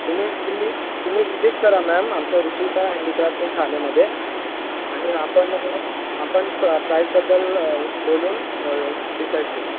तुम्ही तुम्ही तुम्ही विजिट करा मॅम आमच्या रुचिता हँडीक्राफ्ट इन ठाणेमध्ये आणि आपण आपण प प्राइजबद्दल बोलून डिसाईड करू